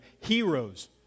heroes